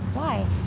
why?